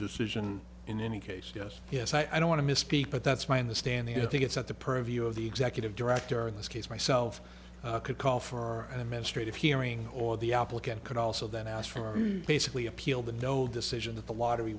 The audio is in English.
decision in any case yes yes i don't want to misspeak but that's my understanding you think it's at the purview of the executive director in this case myself could call for an administrative hearing or the applicant could also then ask for basically appeal the no decision that the lottery